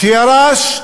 שירש,